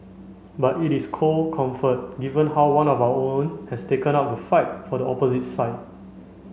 but it is cold comfort given how one of our own has taken up the fight for the opposite side